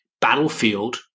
battlefield